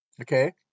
Okay